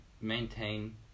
maintain